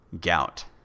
gout